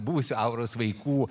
buvusių auros vaikų